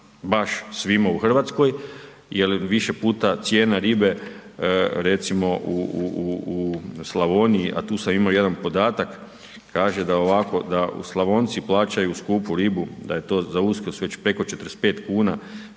baš svima u Hrvatskoj jer više puta cijena ribe recimo u Slavoniji, a tu sam imao jedan podatak, kaže da Slavonci plaćaju skupu ribu, da je to za Uskrs već preko 45 kn što